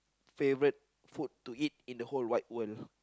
favourite food to eat in the whole wide world